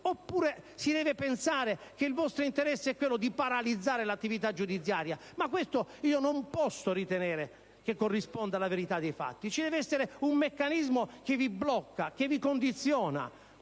Oppure si deve pensare che il vostro interesse è quello di paralizzare l'attività giudiziaria? Ma non posso ritenere che questo corrisponda alla verità dei fatti. Ci deve essere un meccanismo che vi blocca, che vi condiziona.